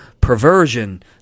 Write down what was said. perversion